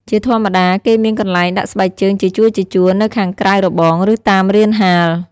ជាធម្មតា គេមានកន្លែងដាក់ស្បែកជើងជាជួរៗនៅខាងក្រៅរបង ឬតាមរានហាល។